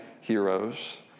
heroes